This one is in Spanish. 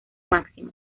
máximo